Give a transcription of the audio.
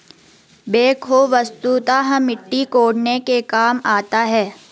backhoe वस्तुतः मिट्टी कोड़ने के काम आता है